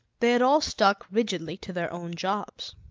they had all stuck rigidly to their own jobs.